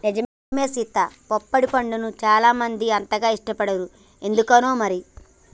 నిజమే సీత పొప్పడి పండుని సానా మంది అంతగా ఇష్టపడరు ఎందుకనో మరి